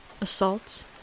assaults